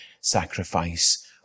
sacrifice